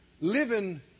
living